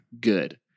good